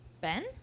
Ben